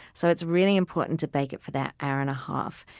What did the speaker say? so it's really important to bake it for that hour and a half.